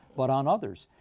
but on others.